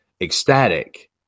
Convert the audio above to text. ecstatic